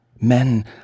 Men